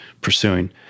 pursuing